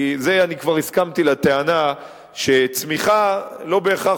כי אני כבר הסכמתי לטענה שצמיחה לא בהכרח